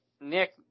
Nick